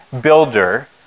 builder